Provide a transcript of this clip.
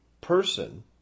person